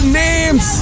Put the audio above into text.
names